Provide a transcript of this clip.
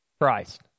Christ